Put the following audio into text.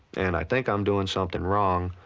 and i think i'm doing something wrong.